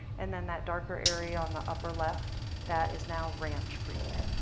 and then that darker area on the upper left, that is now ranch creek.